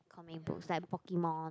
comic books like Pokemon